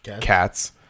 cats